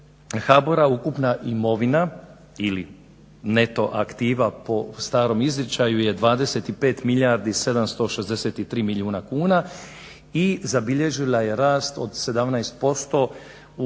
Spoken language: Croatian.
HBOR-a ukupna imovina ili neto aktiva po starom izričaju je 25 milijardi 763 milijuna kuna i zabilježila je rast od 17% u